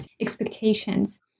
expectations